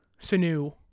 Sanu